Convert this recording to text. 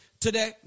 Today